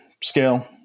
scale